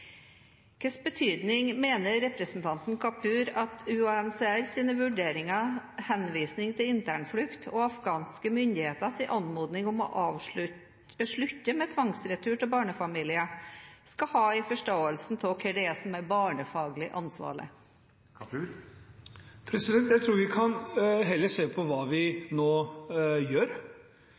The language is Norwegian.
Hvilken betydning mener representanten Kapur at UNHCRs vurderinger, henvisning til internflukt og afghanske myndigheters anmodning om å slutte med tvangsretur av barnefamilier skal ha i forståelsen av hva det er som er «barnefaglig forsvarlig»? Jeg tror vi heller kan se på hva vi nå gjør.